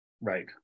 Right